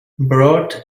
brought